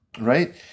Right